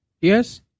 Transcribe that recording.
Yes